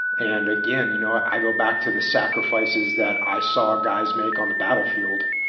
and again, you know i go back to the sacrifices that i saw guys make on the battlefield,